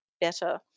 better